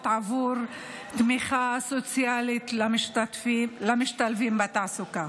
עבור תמיכה סוציאלית למשתלבים בתעסוקה.